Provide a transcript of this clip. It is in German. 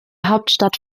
hauptstadt